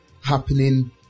happening